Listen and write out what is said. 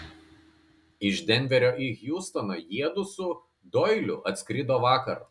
iš denverio į hjustoną jiedu su doiliu atskrido vakar